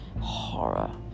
horror